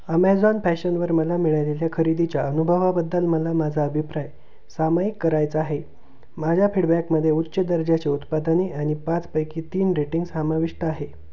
Amazon फॅशनवर मला मिळालेल्या खरेदीच्या अनुभवाबद्दल मला माझा अभिप्राय सामयिक करायचा आहे माझ्या फीडबॅकमध्ये उच्च दर्जाचे उत्पादने आणि पाचपैकी तीन रेटिंग समाविष्ट आहे